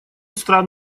стран